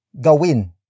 gawin